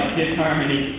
disharmony